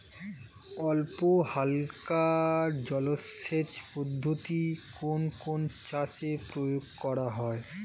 অল্পহালকা জলসেচ পদ্ধতি কোন কোন চাষে প্রয়োগ করা হয়?